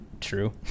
true